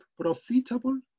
profitable